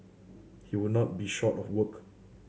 he would not be short of work